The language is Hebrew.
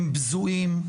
הם בזויים,